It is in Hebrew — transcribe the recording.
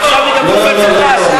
עכשיו היא גם קופצת כאן.